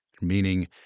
meaning